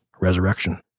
resurrection